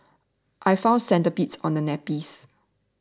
I found centipedes on the nappies